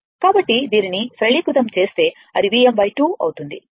కాబట్టి దీన్ని సరళీకృతం చేస్తే అది Vm 2 అవుతుంది